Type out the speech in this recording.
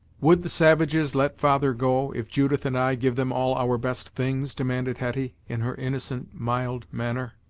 would the savages let father go, if judith and i give them all our best things? demanded hetty, in her innocent, mild, manner.